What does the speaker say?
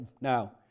Now